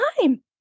time